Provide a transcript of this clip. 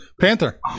panther